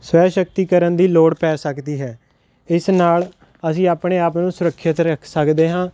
ਸਵੈ ਸ਼ਕਤੀਕਰਨ ਦੀ ਲੋੜ ਪੈ ਸਕਦੀ ਹੈ ਇਸ ਨਾਲ ਅਸੀਂ ਆਪਣੇ ਆਪ ਨੂੰ ਸੁਰੱਖਿਤ ਰੱਖ ਸਕਦੇ ਹਾਂ